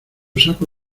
saco